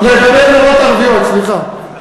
לגבי מורות ערביות, סליחה.